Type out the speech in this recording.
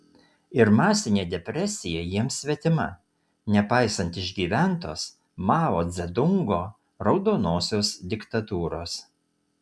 ir masinė depresija jiems svetima nepaisant išgyventos mao dzedungo raudonosios diktatūros